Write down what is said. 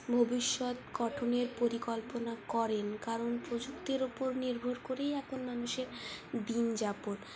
ভবিষ্যৎ গঠনের পরিকল্পনা করেন কারণ প্রযুক্তির উপর নির্ভর করেই এখন মানুষের দিনযাপন